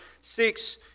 six